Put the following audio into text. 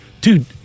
dude